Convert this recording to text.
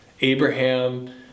Abraham